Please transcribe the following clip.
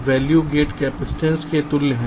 value get capacitance के तुल्य हैं